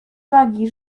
wagi